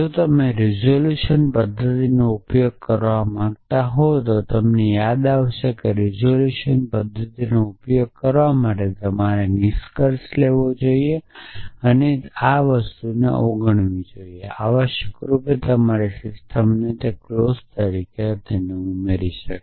અને જો તમે રીઝોલ્યુશન પદ્ધતિનો ઉપયોગ કરવા માંગતા હો તો તમને યાદ આવશે કે રીઝોલ્યુશન પદ્ધતિનો ઉપયોગ કરવા માટે તમારે નિષ્કર્ષ લેવો જોઈએ અને તેને અવગણવું જોઈએ અને તેને આવશ્યક રૂપે તમારી સિસ્ટમની ક્લૉજ તરીકે ઉમેરો